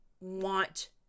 want